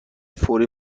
فوری